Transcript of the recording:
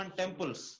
temples